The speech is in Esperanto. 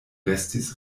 restis